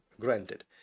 granted